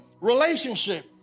relationship